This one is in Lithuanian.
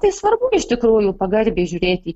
tai svarbu iš tikrųjų pagarbiai žiūrėti į